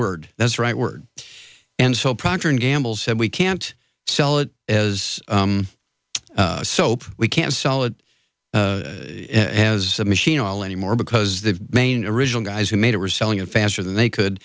word that's right word and so procter and gamble's said we can't sell it as soap we can't sell it as a machine all anymore because the main original guys who made it were selling a faster than they could